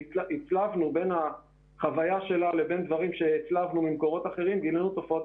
כשהצלבנו בין הדיווח של החברה למקורות אחרים גילינו תופעות